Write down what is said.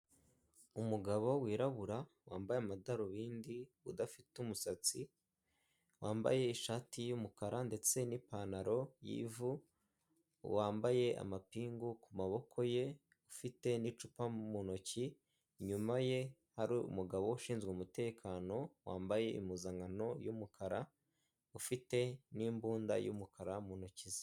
Umugabo wirabura wambaye amadarubindi, udafite umusatsi, wambaye ishati y'umukara ndetse nipantaro y'ivu, wambaye amapingu ku maboko ye, ufite n'icupa mu ntoki, inyuma ye hari umugabo ushinzwe umutekano wambaye impuzankano y'umukara ufite n'imbunda y'umukara mu ntoki ze.